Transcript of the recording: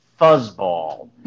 Fuzzball